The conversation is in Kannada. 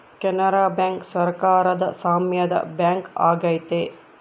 ಕೆನರಾ ಬ್ಯಾಂಕ್ ಸರಕಾರದ ಸಾಮ್ಯದ ಬ್ಯಾಂಕ್ ಆಗೈತೆ